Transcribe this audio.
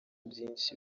byinshi